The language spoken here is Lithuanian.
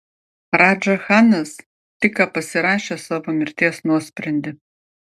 radža chanas tik ką pasirašė savo mirties nuosprendį